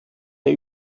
der